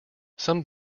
some